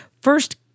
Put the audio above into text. First